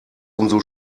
umso